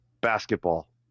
basketball